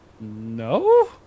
No